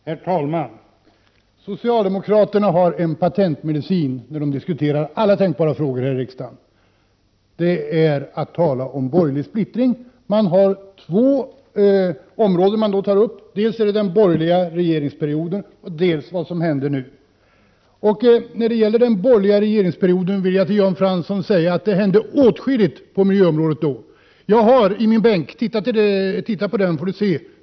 Herr talman! Socialdemokraterna har en patentmedicin när de diskuterar alla tänkbara frågor här i riksdagen, och det är att tala om borgerlig splittring. Man tar då upp två områden: dels den borgerliga regeringsperioden, dels vad som händer nu. När det gäller den borgerliga regeringsperioden vill jag till Jan Fransson säga att det då hände åtskilligt på miljöområdet. På min bänk — titta på den får ni se!